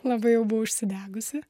labai jau buvau užsidegusi